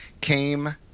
came